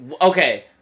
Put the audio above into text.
okay